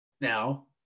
now